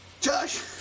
josh